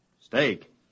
Steak